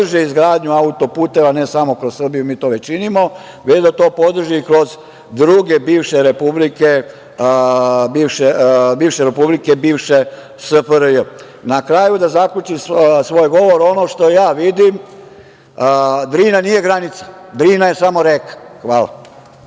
izgradnju autoputeva, ne samo kroz Srbiju, mi to već činimo, već da to podrži kroz druge bivše republike bivše SFRJ.Na kraju da zaključim svoj govor, ono što ja vidim Drina nije granica, Drina je samo reka. Hvala.